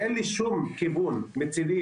אין לי שום כיוון אחר.